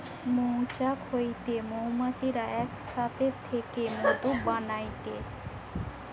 মৌচাক হইতে মৌমাছিরা এক সাথে থেকে মধু বানাইটে